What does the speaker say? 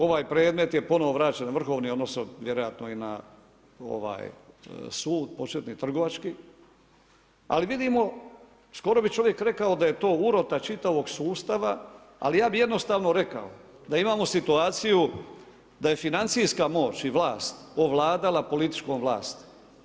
Ovaj predmet je ponovno vraćen, na Vrhovni, odnosno, vjerojatno i na sud, početni trgovački, ali vidimo, skoro bi čovjek rekao, da je to urota čitavog sustava, ali ja bi jednostavno rekao, da imamo situaciju, da je financijska moć i vlast ovladala političkom vlasti.